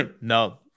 No